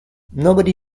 nobody